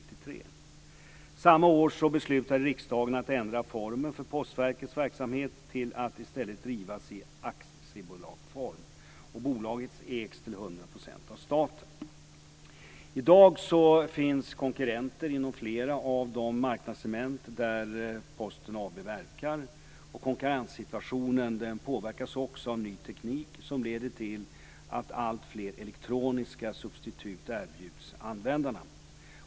Samma år beslutade riksdagen att ändra formen för I dag finns konkurrenter inom flera av de marknadssegment där Posten AB verkar. Konkurrenssituationen påverkas också av ny teknik som leder till att alltfler elektroniska substitut erbjuds användarna.